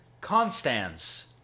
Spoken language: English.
Constance